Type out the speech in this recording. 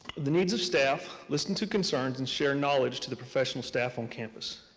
the needs of staff, listen to concerns, and share knowledge to the professional staff on campus.